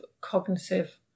cognitive